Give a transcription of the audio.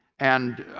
and